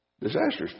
Disasters